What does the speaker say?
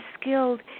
skilled